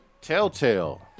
Telltale